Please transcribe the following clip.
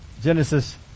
Genesis